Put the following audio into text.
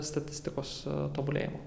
statistikos tobulėjimo